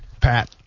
Pat